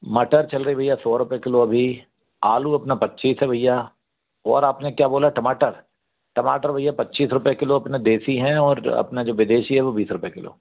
martyr चल रही भैया सौ रुपये किलो अभी आलू अपना पच्चीस है भैया और आप ने क्या बोला टमाटर टमाटर भैया पच्चीस रुपये किलो अपने देसी हैं और अपना जो विदेशी है वो बीस रुपये किलो